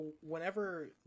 whenever